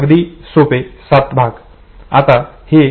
अगदी सोपे सात भाग